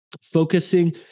focusing